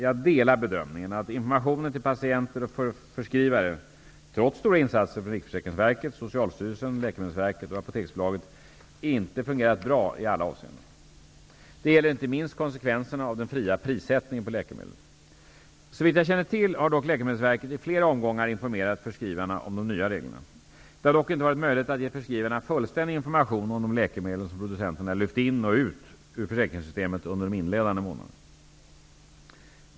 Jag delar bedömningen att informationen till patienter och förskrivare, trots stora insatser från RFV, Socialstyrelsen, Läkemedelsverket och Apoteksbolaget, inte fungerat bra i alla avseenden. Det gäller inte minst konsekvenserna av den fria prissättningen på läkemedel. Såvitt jag känner till har dock Läkemedelsverket i flera omgångar informerat förskrivarna om de nya reglerna. Det har dock inte varit möjligt att ge förskrivarna fullständig information om de läkemedel som producenterna lyft in och ut ur försäkringssystemet under de inledande månaderna.